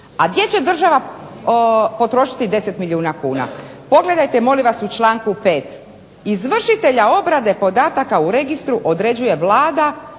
A gdje će država potrošiti tih 10 milijuna kuna? Pogledajte molim vas u članku 5. – Izvršitelja obrade podataka u registru određuje Vlada